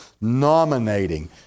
nominating